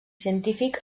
científic